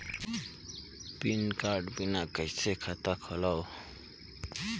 Pan card बिना कइसे खाता खोलव?